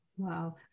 Wow